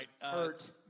hurt